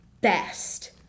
best